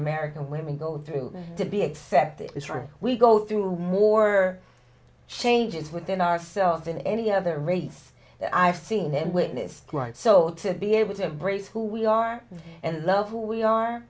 american women go through to be accepted as friends we go through more changes within ourselves in any other race that i've seen and witnessed right so to be able to embrace who we are and love who we are